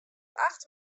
acht